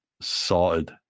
sorted